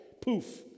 Poof